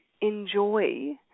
enjoy